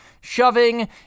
Shoving